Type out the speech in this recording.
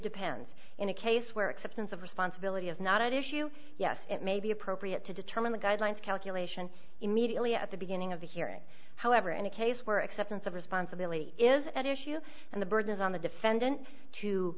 depends in a case where acceptance of responsibility is not at issue yes it may be appropriate to determine the guidelines calculation immediately at the beginning of the hearing however in a case where acceptance of responsibility is at issue and the burden is on the defendant to